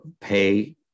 pay